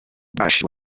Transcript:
bush